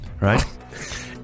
Right